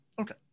okay